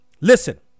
Listen